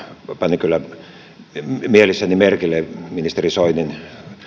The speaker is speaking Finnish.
panin kyllä mielessäni merkille ministeri soinin